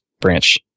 branch